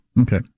Okay